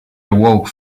awoke